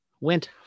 went